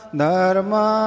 dharma